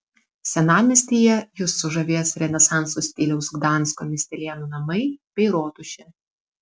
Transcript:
senamiestyje jus sužavės renesanso stiliaus gdansko miestelėnų namai bei rotušė